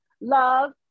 Love